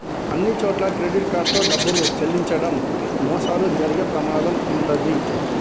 అన్నిచోట్లా credit card తో డబ్బులు చెల్లించడం మోసాలు జరిగే ప్రమాదం వుంటది